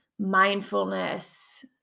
mindfulness